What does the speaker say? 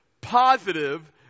positive